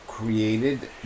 created